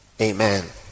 Amen